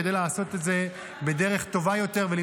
כדי לעשות את זה בדרך טובה יותר ולמצוא